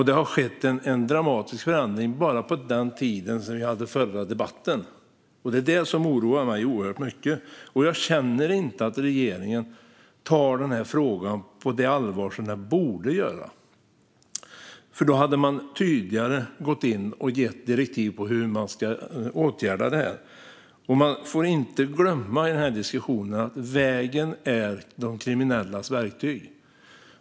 Det har skett en dramatisk förändring bara sedan vi hade den förra debatten, och det är det som oroar mig oerhört mycket. Jag känner inte att regeringen tar frågan på det allvar som den borde göra, för då hade man gått in och gett tydligare direktiv om hur det här ska åtgärdas. Man får inte glömma i den här diskussionen att vägen är de kriminellas verktyg.